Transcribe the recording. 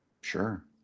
Sure